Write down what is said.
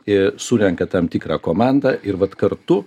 ir surenka tam tikrą komandą ir vat kartu